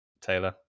Taylor